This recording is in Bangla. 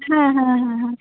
হ্যাঁ হ্যাঁ হ্যাঁ হ্যাঁ